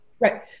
Right